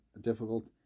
difficult